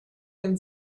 and